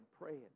praying